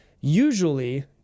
usually